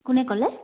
কোনে ক'লে